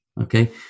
Okay